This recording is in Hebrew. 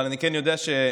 אבל אני כן יודע שבפועל,